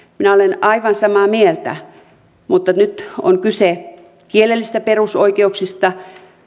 minä olen aivan samaa mieltä nyt on kyse kielellisistä perusoikeuksista